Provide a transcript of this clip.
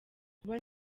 kuba